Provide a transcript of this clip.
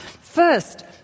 First